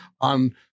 on